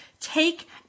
take